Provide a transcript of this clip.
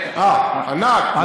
ענת ברקו.